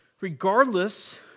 Regardless